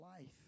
life